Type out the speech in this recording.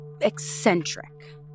eccentric